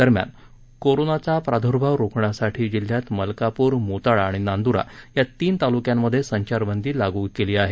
दरम्यान कोरोनाचा प्रादुर्भाव रोखण्यासाठी जिल्ह्यात मलकापूर मोताळा आणि नांदुरा या तीन तालुक्यांमधे संचारबंदी लागू केली आहे